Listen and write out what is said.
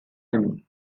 him